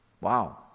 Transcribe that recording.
Wow